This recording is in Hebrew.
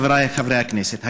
חבריי חברי הכנסת,